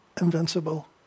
invincible